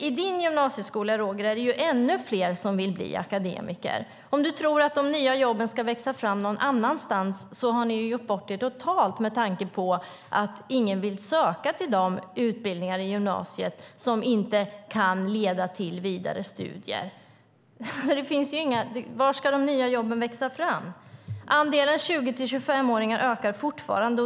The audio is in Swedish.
I din gymnasieskola, Roger, är det ännu fler som vill bli akademiker. Om ni tror att de nya jobben ska växa fram någon annanstans har ni gjort bort er totalt. Ingen vill ju söka de utbildningar på gymnasiet som inte kan leda till vidare studier. Var ska de nya jobben växa fram? Andelen 20-25-åringar ökar fortfarande.